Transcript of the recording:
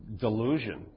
delusion